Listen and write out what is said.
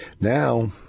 Now